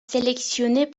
sélectionné